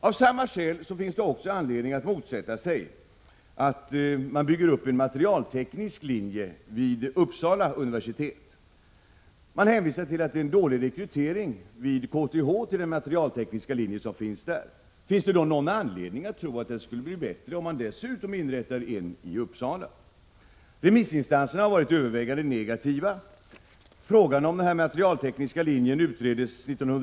Av samma skäl finns det anledning att motsätta sig uppbyggnaden av en materialteknisk linje vid Uppsala universitet. Rekryteringen till den materialtekniska linje som finns vid KTH fungerar dåligt. Finns det då någon anledning att tro att rekryteringen skulle bli bättre om man inrättar ytterligare en sådan linje i Uppsala? Remissinstanserna har varit övervägande negativa. Frågan om den materialtekniska linjen utreddes 1980/81.